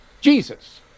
Jesus